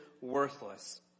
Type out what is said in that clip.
worthless